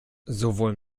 sowohl